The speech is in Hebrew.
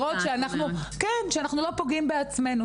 שאנחנו לא פוגעים בעצמנו,